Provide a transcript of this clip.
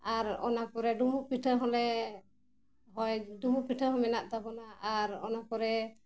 ᱟᱨ ᱚᱱᱟ ᱯᱚᱨᱮ ᱰᱩᱢᱵᱩᱜ ᱯᱤᱴᱷᱟᱹ ᱦᱚᱸᱞᱮ ᱦᱚᱭ ᱰᱩᱢᱵᱩᱜ ᱯᱤᱴᱷᱟᱹ ᱦᱚᱸ ᱢᱮᱱᱟᱜ ᱛᱟᱵᱚᱱᱟ ᱟᱨ ᱚᱱᱟ ᱯᱚᱨᱮ